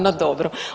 No dobro.